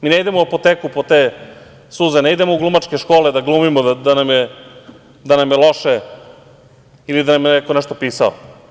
Mi ne idemo u apoteku po te suze, ne idemo u glumačke škole da glumimo da nam je loše ili da nam je neko nešto pisao.